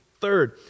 Third